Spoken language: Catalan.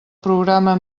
programa